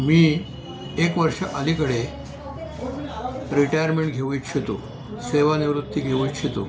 मी एक वर्ष अलीकडे रिटायरमेंट घेऊ इच्छितो सेवानिवृत्ती घेऊ इच्छितो